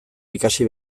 ikasi